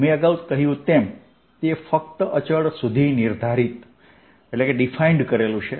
મેં અગાઉ કહ્યું તેમ તે ફક્ત અચળ સુધી નિર્ધારિત છે